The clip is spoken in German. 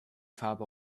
farbe